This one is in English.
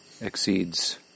exceeds